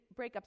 breakups